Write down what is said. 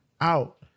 out